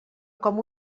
com